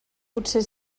potser